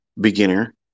beginner